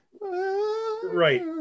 right